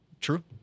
True